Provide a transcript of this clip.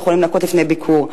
יכולים לנקות לפני ביקור,